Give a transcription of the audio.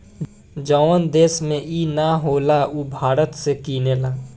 जवन देश में ई ना होला उ भारत से किनेला